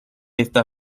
esta